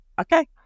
Okay